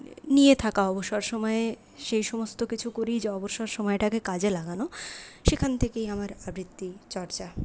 নিয়ে থাকা অবসর সময়ে সেই সমস্ত কিছু করেই অবসর সময়টাকে কাজে লাগানো সেখান থেকেই আমার আবৃত্তি চর্চা